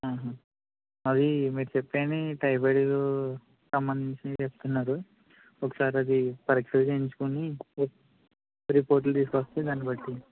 ఆహా అవి మీరు చెప్పే అన్నీ టైఫైడు సంబంధించినవి చెప్తున్నారు ఒక సారి అది పరీక్ష చేయించుకుని రిపో రిపోర్టులు తీసుకొస్తే దానిబట్టి